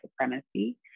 supremacy